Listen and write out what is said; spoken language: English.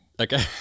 Okay